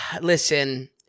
Listen